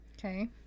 Okay